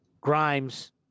Grimes